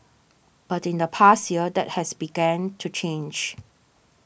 but in the past year that has begun to change